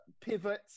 pivot